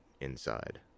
inside